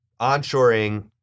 onshoring